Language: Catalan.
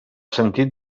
sentit